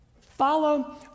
Follow